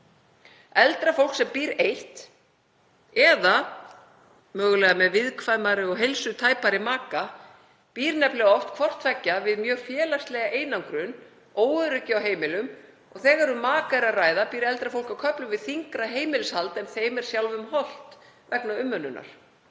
Eldra fólk sem býr eitt eða mögulega með viðkvæmari og heilsutæpari maka býr nefnilega oft hvort tveggja við mjög félagslega einangrun, óöryggi á heimilum og þegar um maka er að ræða býr eldra fólk á köflum við þyngra heimilishald en því er sjálfu hollt vegna umönnunar.